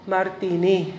Martini